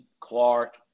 Clark